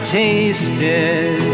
tasted